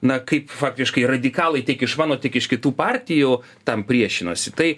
na kaip faktiškai radikalai tiek iš mano tiek iš kitų partijų tam priešinosi tai